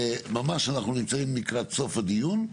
אנחנו ממש נמצאים לקראת סוף הדיון.